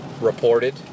reported